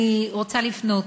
אני רוצה לפנות,